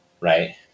right